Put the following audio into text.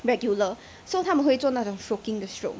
regular so 他们会做那种 stroking the stroke